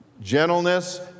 gentleness